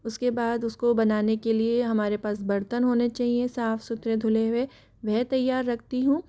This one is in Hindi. उसके बाद उसको बनाने के लिये हमारे पास बर्तन होने चाहिए साफ सुथरे धुले हुए वह तैयार रखती हूँ